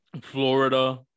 Florida